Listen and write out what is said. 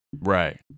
Right